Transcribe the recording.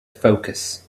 focus